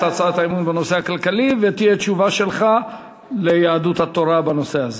הצעת האי-אמון בנושא הכלכלי ותהיה תשובה שלך ליהדות התורה בנושא הזה.